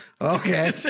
Okay